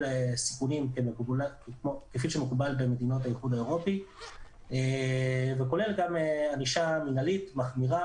סיכונים כפי שמקובל במדינות האיחוד האירופי וכולל גם ענישה מנהלית מהירה.